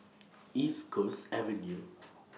East Coast Avenue